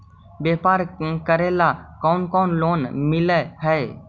व्यापार करेला कौन कौन लोन मिल हइ?